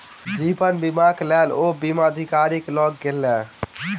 जीवन बीमाक लेल ओ बीमा अधिकारी लग गेला